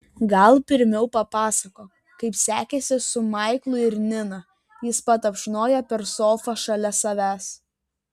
gal pirmiau papasakok kaip sekėsi su maiklu ir nina jis patapšnojo per sofą šalia savęs